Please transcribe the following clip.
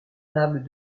tables